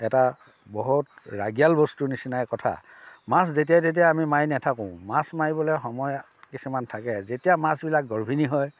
এটা বহুত ৰাগীয়াল বস্তুৰ নিচিনাই কথা মাছ যেতিয়াই তেতিয়াই আমি মাৰি নাথাকোঁ মাছ মাৰিবলৈ সময় কিছুমান থাকে যেতিয়া মাছবিলাক গৰ্ভিনী হয়